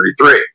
1933